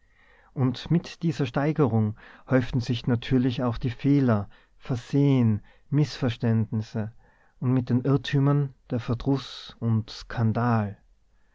und mit dieser steigerung häuften sich natürlich auch die fehler versehen mißverständnisse und mit den irrtümern der verdruß und